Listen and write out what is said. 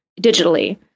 digitally